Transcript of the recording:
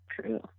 true